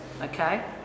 okay